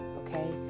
okay